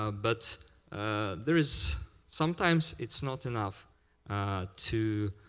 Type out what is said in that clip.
ah but there is sometimes it's not enough to